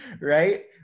right